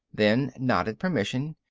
then nodded permission.